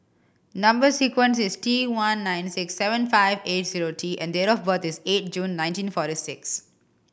number sequence is T one nine six seven five eight zero T and date of birth is eight June nineteen forty six